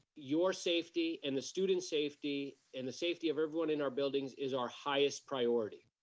your safety and the students safety and the safety of everyone in our buildings is our highest priority.